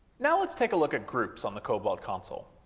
now let's take a look at groups on the cobalt console.